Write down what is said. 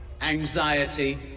anxiety